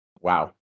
Wow